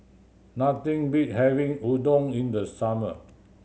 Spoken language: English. nothing beats having Udon in the summer